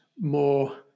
more